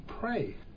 pray